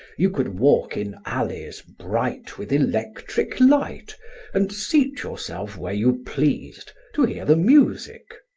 you could walk in alleys bright with electric light and seat yourself where you pleased to hear the music.